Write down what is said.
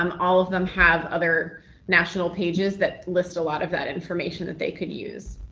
um all of them have other national pages that list a lot of that information that they could use.